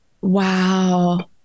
Wow